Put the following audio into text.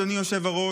אדוני היושב-ראש,